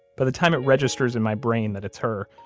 but the time it registers in my brain that it's her,